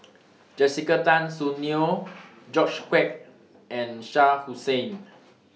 Jessica Tan Soon Neo George Quek and Shah Hussain